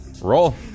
Roll